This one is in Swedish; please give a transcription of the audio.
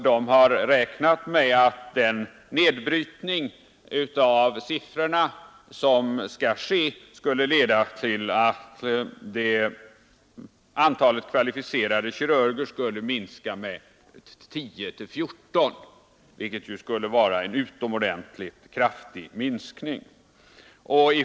De har räknat med att den nedbrytning av siffrorna som skulle ske kommer att leda till att antalet kvalificerade kirurger minskar med mellan 10 och 14, vilket skulle vara en utomordentligt kraftig minskning.